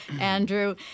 Andrew